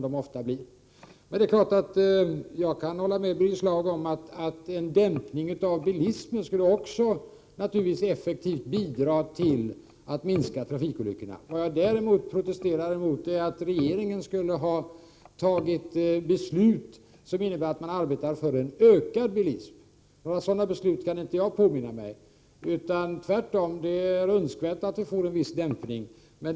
Det är klart att jag kan hålla med Birger Schlaug om att en dämpning av bilismen effektivt skulle bidra till att minska antalet trafikolyckor. Vad jag däremot protesterar mot är att regeringen skulle ha fattat beslut som innebär att den arbetar för en ökad bilism. Några sådana beslut kan jag inte påminna mig. Det är tvärtom önskvärt med en viss dämpning.